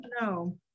No